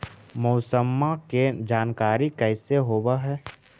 मौसमा के जानकारी कैसे होब है?